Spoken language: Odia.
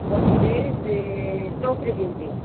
ବତିଶି ଚଉତିରିଶି ଇଞ୍ଚ୍